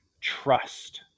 trust